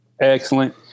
excellent